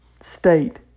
state